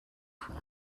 from